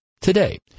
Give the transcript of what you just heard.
today